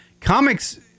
Comics